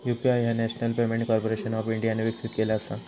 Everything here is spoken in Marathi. यू.पी.आय ह्या नॅशनल पेमेंट कॉर्पोरेशन ऑफ इंडियाने विकसित केला असा